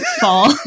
fall